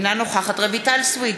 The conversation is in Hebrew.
אינה נוכחת רויטל סויד,